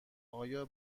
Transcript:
آیا